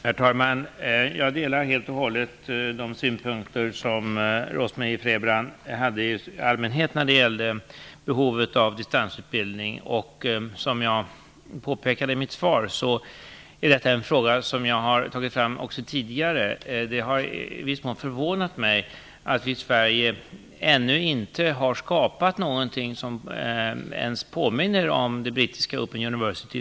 Herr talman! Jag delar helt och hållet de synpunkter Rose-Marie Frebran allmänt har framfört när det gäller behovet av distansutbildning. Som jag påpekade i mitt svar är detta en fråga som jag har tagit fram tidigare. Det har i viss min förvånat mig att vi i Sverige ännu inte har skapat något som ens påminner om det brittiska Open University.